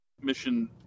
mission